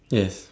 yes